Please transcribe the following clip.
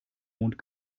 mund